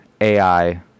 AI